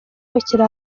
bakiri